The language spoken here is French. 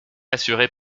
assurait